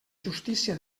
justícia